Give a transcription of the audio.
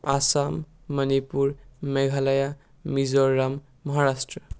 Assam Manipur Meghalaya Mizoram Maharashtra